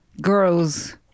Girl's